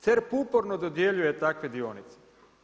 CERP uporno dodjeljuje takve dionice.